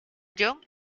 john